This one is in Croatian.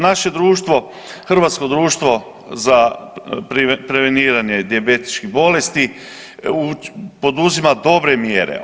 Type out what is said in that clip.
Naše društvo, hrvatsko društvo za preveniranje dijabetičkih bolesti poduzima dobre mjere.